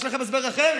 יש לכם הסבר אחר?